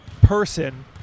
person